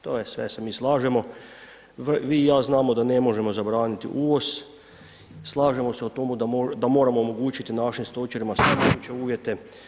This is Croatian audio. To je sve se mi slažemo, vi i ja znamo da ne možemo zabraniti uvoz, slažemo se u tome da moramo omogućiti našim stočarima sve moguće uvjete.